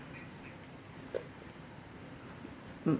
mm